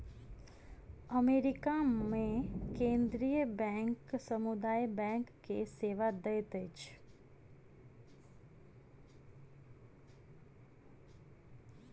America मे केंद्रीय bank समुदाय बैंक के सेवा दैत अछि